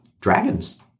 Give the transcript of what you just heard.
dragons